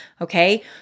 Okay